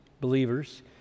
believers